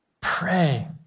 Pray